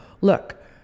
look